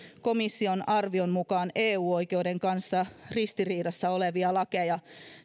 komission arvion mukaan eu oikeuden kanssa ristiriidassa olevia lakeja